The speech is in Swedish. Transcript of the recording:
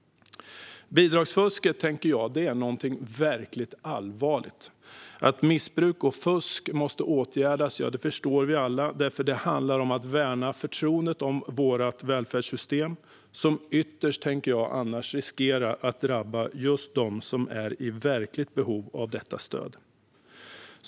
Bidragsfusk är något verkligt allvarligt. Att missbruk och fusk måste åtgärdas förstår vi alla, för det handlar om att värna förtroendet för vårt välfärdssystem. Annars riskerar det ytterst att drabba dem som är i verkligt behov av stöd.